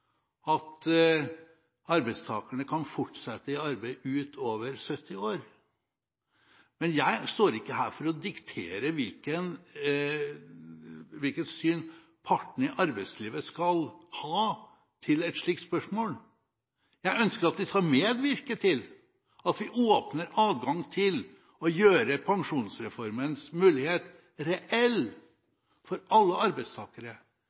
at arbeidstakerne kan fortsette i arbeid utover 70 år. Men jeg står ikke her for å diktere hvilket syn partene i arbeidslivet skal ha til et slikt spørsmål. Jeg ønsker at vi skal medvirke til å åpne adgangen til å gjøre pensjonsreformens mulighet reell for alle arbeidstakere